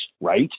Right